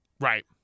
Right